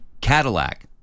Cadillac